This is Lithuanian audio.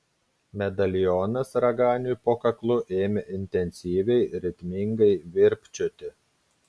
medalionas raganiui po kaklu ėmė intensyviai ritmingai virpčioti